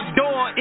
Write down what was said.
door